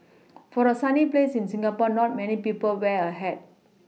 for a sunny place in Singapore not many people wear a hat